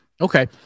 Okay